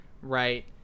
right